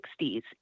1960s